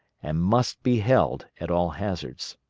and must be held at all hazards.